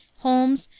holmes,